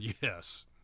Yes